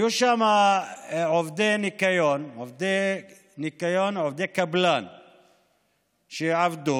היו שם עובדי ניקיון, עובדי קבלן שעבדו,